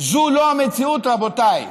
זאת לא המציאות, רבותיי.